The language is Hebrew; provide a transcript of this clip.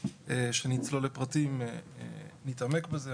כשנצלול לפרטים נתעמק בזה.